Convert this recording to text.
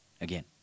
Again